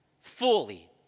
fully